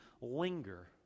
linger